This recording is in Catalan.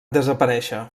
desaparèixer